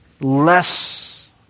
less